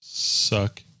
suck